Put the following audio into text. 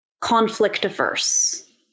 conflict-averse